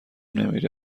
نمیره